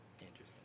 Interesting